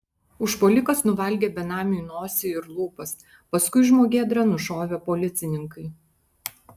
užpuolikas nuvalgė benamiui nosį ir lūpas paskui žmogėdrą nušovė policininkai